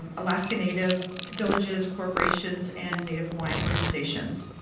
um alaska native villages or corporations and native hawaiian organizations.